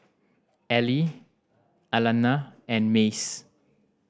Ely Alana and Mace